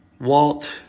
Walt